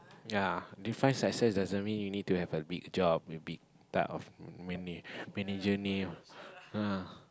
ya define success doesn't mean you need to have a big job a big type of man~ manager name ah